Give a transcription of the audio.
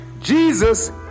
Jesus